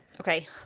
Okay